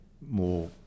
more